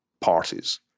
parties